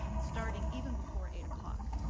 starting even before eight o'clock.